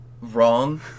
wrong